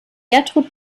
gertrud